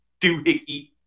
doohickey